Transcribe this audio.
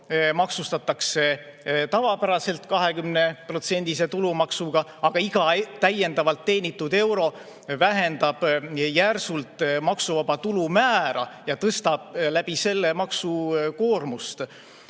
maksustatakse tavapäraselt 20%-lise tulumaksuga, aga iga täiendavalt teenitud euro vähendab järsult maksuvaba tulu määra ja tõstab selle kaudu maksukoormust.